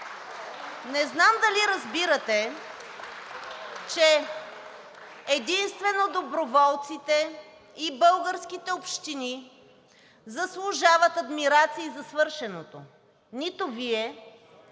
Не знам дали разбирате, че единствено доброволците и българските общини заслужават адмирации за свършеното. Нито Вие,